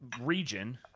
region